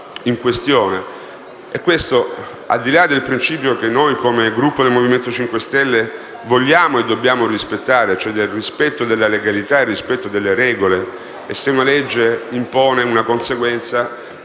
in questione. Al di là del principio che noi, come Gruppo del Movimento 5 Stelle, vogliamo e dobbiamo rispettare, cioè quello del rispetto della legalità e delle regole (se una legge impone una conseguenza,